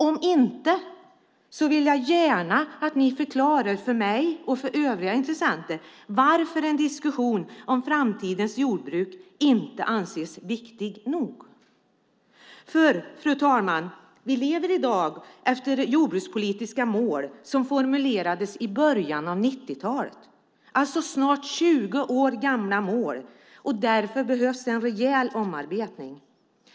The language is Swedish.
Om jag inte får ett sådant vill jag gärna att ni förklarar för mig och övriga intressenter varför en diskussion om framtidens jordbruk inte anses viktig nog. Fru ålderspresident! Vi lever i dag efter jordbrukspolitiska mål som formulerades i början av 90-talet. Det är alltså snart 20 år gamla mål. Därför behövs det en rejäl omarbetning.